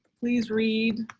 please read